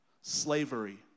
Slavery